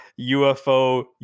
UFO